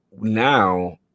now